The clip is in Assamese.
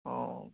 অঁ